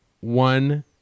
one